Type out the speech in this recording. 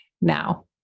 now